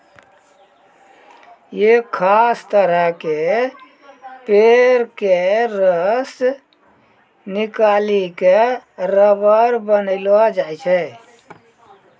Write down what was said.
एक खास तरह के पेड़ के रस निकालिकॅ रबर बनैलो जाय छै